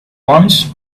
once